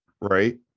right